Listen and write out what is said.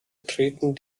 treten